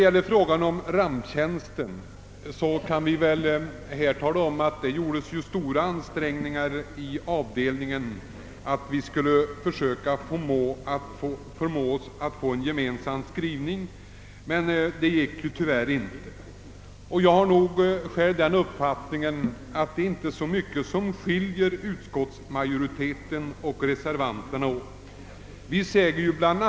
I frågan om ramptjänsten gjorde utskottets fjärde avdelning stora ansträngningar för att åstadkomma en gemensam skrivning, men detta lyckades tyvärr inte. Jag är av den uppfattningen att meningsskiljaktigheterna mellan utskottsmajoritet och reservanter inte är så stora.